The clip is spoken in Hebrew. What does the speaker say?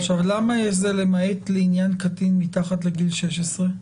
עכשיו למה זה למעט לעניין קטין מתחת לגיל 16?